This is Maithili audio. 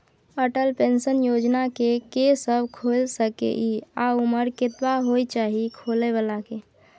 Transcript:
अटल पेंशन योजना के के सब खोइल सके इ आ उमर कतबा होय चाही खोलै बला के?